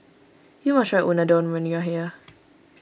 you must try Unadon when you are here